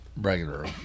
regular